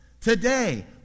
today